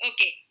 Okay